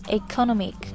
economic